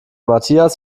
matthias